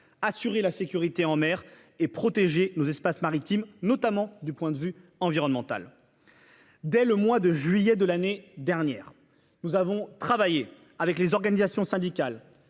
assurer la sécurité en mer et protéger nos espaces maritimes, notamment du point de vue environnemental. Dès le mois de juillet de l'année dernière, nous avons travaillé avec les organisations syndicales,